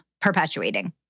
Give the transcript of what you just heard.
perpetuating